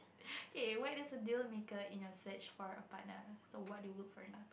K what does a deal maker in your search for a partner so what do you look for in a